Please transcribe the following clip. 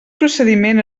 procediment